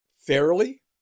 fairly